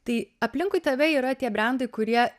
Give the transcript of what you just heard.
tai aplinkui tave yra tie brendai kurie